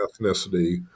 ethnicity